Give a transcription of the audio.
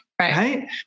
right